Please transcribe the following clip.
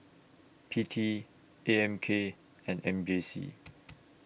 P T A M K and M J C